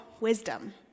wisdom